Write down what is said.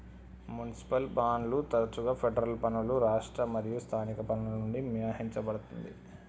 municipal బాండ్లు తరచుగా federal పన్నులు రాష్ట్ర మరియు స్థానిక పన్నుల నుండి మినహాయించబడతుండే